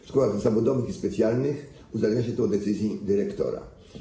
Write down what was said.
W szkołach zawodowych i specjalnych uzależnia się to od decyzji dyrektora.